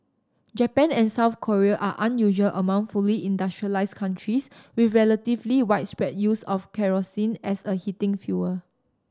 Japan and South Korea are unusual among fully industrialised countries with relatively widespread use of kerosene as a heating fuel